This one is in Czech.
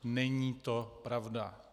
Není to pravda.